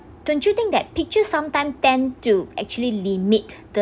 don't you think that picture sometimes tend to actually limit the